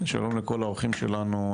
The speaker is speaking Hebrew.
שלום לכל האורחים שלנו,